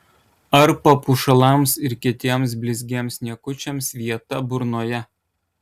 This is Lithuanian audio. ar papuošalams ir kitiems blizgiems niekučiams vieta burnoje